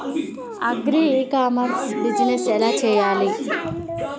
Agri e commerce business ఎలా చెయ్యాలి?